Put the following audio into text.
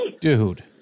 Dude